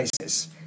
crisis